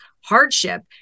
hardship